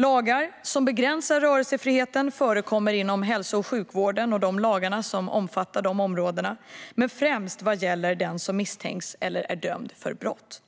Lagar som begränsar rörelsefriheten förekommer inom hälso och sjukvården och omfattar de områdena men främst vad gäller den som misstänks eller är dömd för brott.